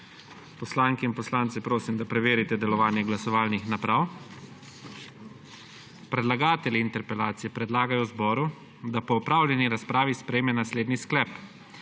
Poslanke in poslance prosim, da preverite delovanje glasovalnih naprav. Predlagatelji interpelacije predlagajo zboru, da po opravljeni razpravi sprejme naslednji sklep: